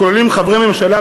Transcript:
הכוללים חברי ממשלה,